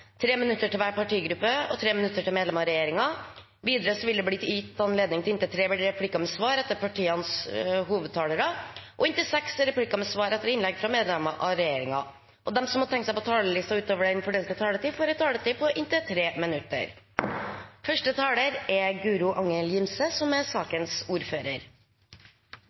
tre replikker med svar etter partienes hovedtalere og inntil seks replikker med svar etter innlegg fra medlemmer av regjeringen, og de som måtte tegne seg på talerlisten utover den fordelte taletid, får en taletid på inntil 3 minutter.